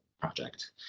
project